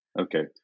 Okay